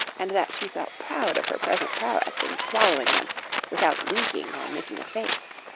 and that she felt proud of her present prowess in swallowing them without winking or making a face.